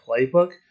playbook